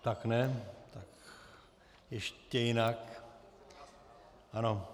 Tak ne, ještě jinak, ano.